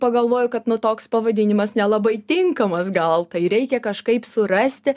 pagalvoju kad nu toks pavadinimas nelabai tinkamas gal tai reikia kažkaip surasti